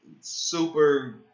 super